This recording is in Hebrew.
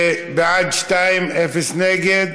בעד, 2, אפס נגד.